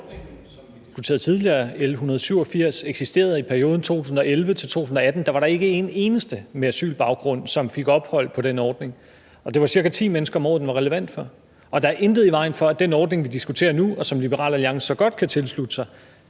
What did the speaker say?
vi diskuterede tidligere, L 187, eksisterede i perioden 2011-2018, var der ikke en eneste med asylbaggrund, som fik ophold på den ordning – og det var cirka ti mennesker om året, som den var relevant for. Og der er intet i vejen for, at den ordning, vi diskuterer nu, og som Liberal Alliance så godt kan tilslutte sig,